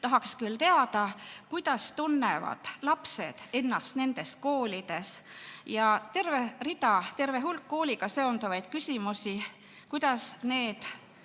Tahaksin teada, kuidas tunnevad lapsed ennast nendes koolides. Ja on terve hulk kooliga seonduvaid küsimusi. Kuidas need